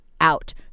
out